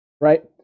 right